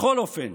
בכל אופן,